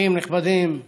אורחים נכבדים,